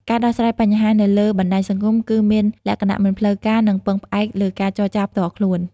ការដោះស្រាយបញ្ហានៅលើបណ្តាញសង្គមគឺមានលក្ខណៈមិនផ្លូវការនិងពឹងផ្អែកលើការចរចាផ្ទាល់ខ្លួន។